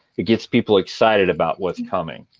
it gets people excited about what's coming.